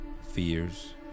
fears